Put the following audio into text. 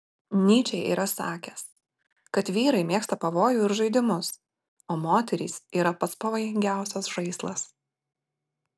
nyčė yra sakęs kad vyrai mėgsta pavojų ir žaidimus o moterys yra pats pavojingiausias žaislas